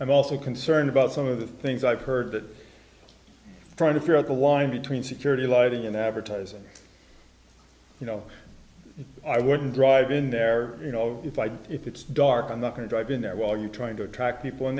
i'm also concerned about some of the things i've heard that try to figure out the line between security lighting and advertising you know i wouldn't drive in there you know if i didn't if it's dark i'm not going to i've been there while you're trying to attract people in